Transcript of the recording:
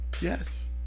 Yes